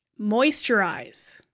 Moisturize